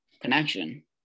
connection